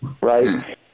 right